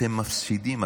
אתם מפסידים.